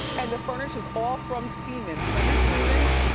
and the furniture's all from seaman's, remember seaman's?